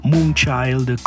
Moonchild